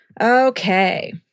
Okay